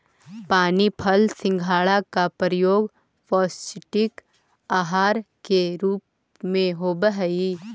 पानी फल सिंघाड़ा का प्रयोग पौष्टिक आहार के रूप में होवअ हई